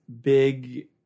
big